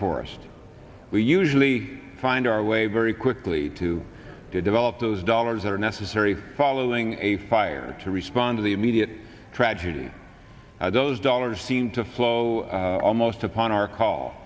forest we usually find our way very quickly to develop those dollars that are necessary following a fire to respond to the immediate tragedy i doze dollars seem to flow almost upon our call